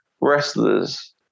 wrestlers